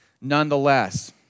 nonetheless